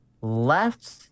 left